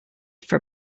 for